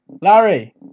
Larry